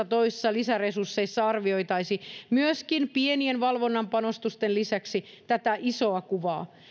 toisissa lisäresursseissa arvioitaisiin pienien valvonnan panostusten lisäksi myöskin tätä isoa kuvaa